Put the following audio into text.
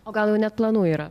o gal jau net planų yra